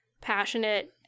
passionate